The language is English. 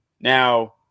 Now